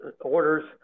orders